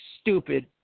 stupid